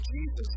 Jesus